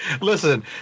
Listen